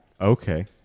Okay